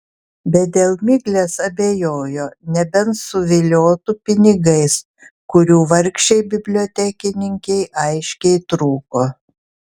bet dėl miglės abejojo nebent suviliotų pinigais kurių vargšei bibliotekininkei aiškiai trūko